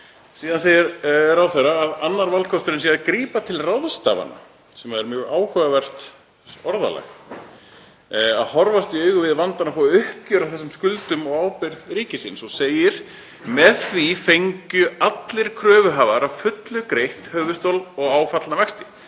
Síðan segir ráðherra að annar valkosturinn sé að grípa til ráðstafana, sem er mjög áhugavert orðalag, að horfast í augu við vandann og fá uppgjör á þessum skuldum og ábyrgð ríkisins og segir: „Með því fengju allir kröfuhafar að fullu greitt höfuðstól og áfallna vexti